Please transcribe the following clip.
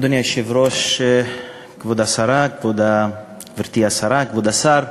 אדוני היושב-ראש, גברתי השרה, כבוד השר,